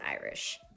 Irish